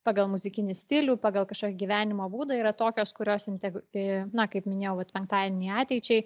pagal muzikinį stilių pagal kažkokį gyvenimo būdą yra tokios kurios integ na kaip minėjau vat penktadieniai ateičiai